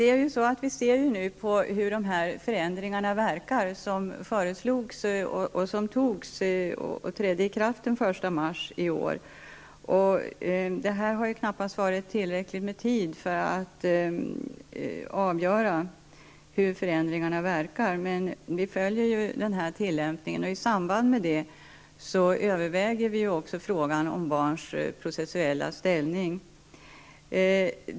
Fru talman! Vi skall nu ser hur de förändringar som föreslogs och som man fattade beslut om och som slutligen trädde i kraft den 1 mars i år verkar. Men det har knappast gått tillräckligt lång tid för att man skall kunna avgöra hur förändringarna verkar, men vi följer tillämpningen av dem, och i samband med det överväger vi även frågan om barns processuella ställning.